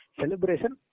celebration